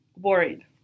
worried